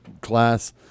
class